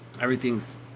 Everything's